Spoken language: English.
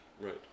Right